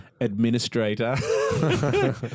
administrator